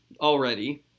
already